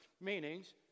meanings